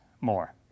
more